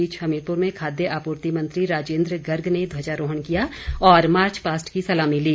इस बीच हमीरपुर में खाद्य आपूर्ति मंत्री राजेंद्र गर्ग ने ध्वजारोहण किया और मार्च पास्ट की सलामी ली